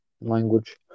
language